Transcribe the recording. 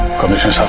commissioner,